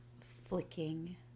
flicking